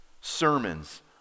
sermons